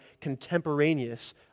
contemporaneous